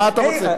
מה אתה רוצה?